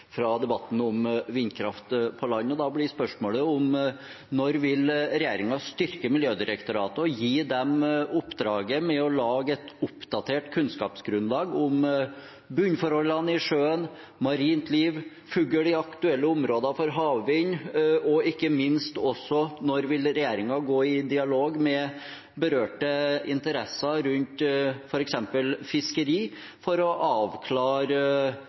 fra debatten om vindkraft på land. Da blir spørsmålet: Når vil regjeringen styrke Miljødirektoratet og gi dem oppdraget med å lage et oppdatert kunnskapsgrunnlag om bunnforholdene i sjøen, marint liv og fugl i aktuelle områder for havvind? Og ikke minst: Når vil regjeringen gå i dialog med berørte interesser rundt f.eks. fiskeri for å avklare